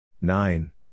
Nine